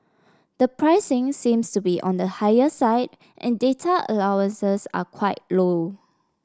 the pricing seems to be on the higher side and data allowances are quite low